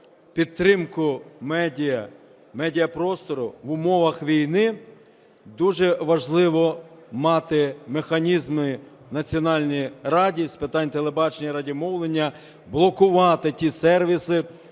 підтримку медіа, медіапростору в умовах війни, дуже важливо мати механізми Національній раді з питань телебачення і радіомовлення блокувати ті сервіси...